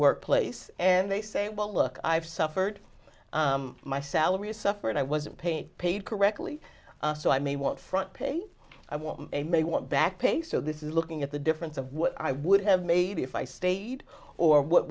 workplace and they say well look i've suffered my salary suffer and i wasn't paid paid correctly so i may want front pay i want a may want back pay so this is looking at the difference of what i would have made if i stayed or what